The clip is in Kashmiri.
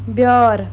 بیار